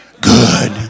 good